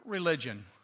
religion